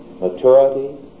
maturity